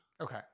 Okay